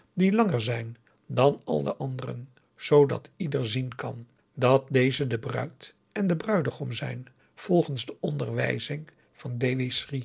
die langer zijn dan al de anderen zoodat ieder zien kan dat deze de bruid en de bruidegom zijn volgens de onderwijzing van